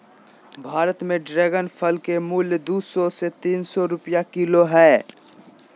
भारत में ड्रेगन फल के मूल्य दू सौ से तीन सौ रुपया किलो हइ